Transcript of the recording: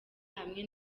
hamwe